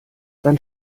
dann